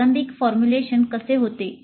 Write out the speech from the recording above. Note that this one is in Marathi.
प्रारंभिक फॉर्म्युलेशन कसे होते